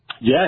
Yes